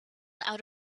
out